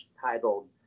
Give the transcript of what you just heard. titled